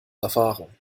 erfahrung